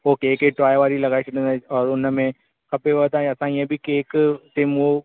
हूअ केक जी टॉय वारी लॻाए छॾींदासीं और हुन में खपेव त असां ईअं बि केक ते मूव